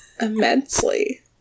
immensely